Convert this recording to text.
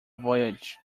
voyage